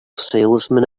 salesman